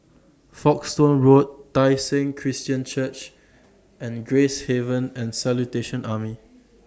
Folkestone Road Tai Seng Christian Church and Gracehaven The Salvation Army